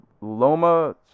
Loma